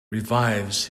revives